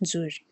nzuri.